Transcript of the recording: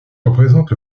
représente